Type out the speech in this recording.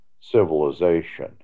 civilization